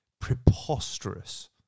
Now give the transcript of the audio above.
preposterous